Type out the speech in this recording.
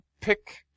pick